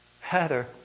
Heather